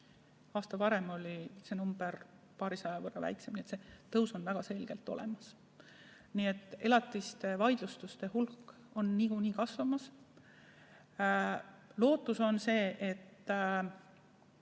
Aasta varem oli see arv paarisaja võrra väiksem, nii et tõus on väga selgelt olemas. Elatisvaidlustuste hulk on niikuinii kasvamas. Lootus on see, et